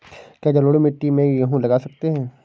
क्या जलोढ़ मिट्टी में गेहूँ लगा सकते हैं?